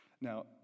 Now